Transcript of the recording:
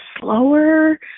slower